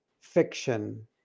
fiction